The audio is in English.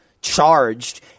Charged